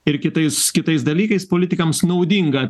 ir kitais kitais dalykais politikams naudinga